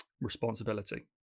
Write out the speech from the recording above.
Responsibility